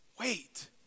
wait